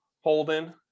Holden